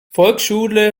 volksschule